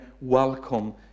welcome